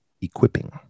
equipping